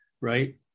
right